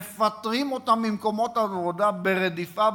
מפטרים אותם ממקומות עבודה ברדיפה,